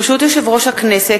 ברשות יושב-ראש הכנסת,